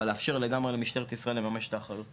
אבל לאפשר לגמרי למשטרת ישראל לממש את האחריות